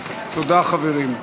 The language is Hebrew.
תודה, חברים.